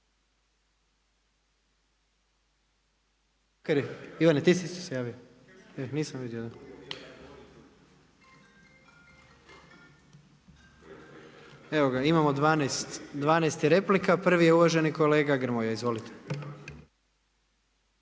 Ivane ti se javio. Nisam vidio. Evo imamo 12 replika. Prvi je uvaženi kolega Grmoja.